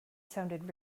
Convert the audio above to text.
sounded